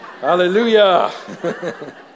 Hallelujah